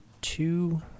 two